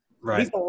Right